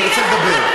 אני רוצה לדבר.